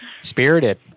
Spirited